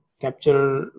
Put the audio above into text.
capture